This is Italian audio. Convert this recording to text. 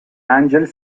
angel